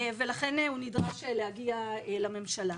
ולכן הוא נדרש להגיע לממשלה.